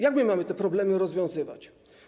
Jak my mamy te problemy rozwiązywać?